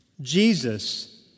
Jesus